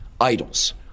idols